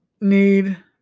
need